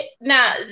Now